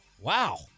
Wow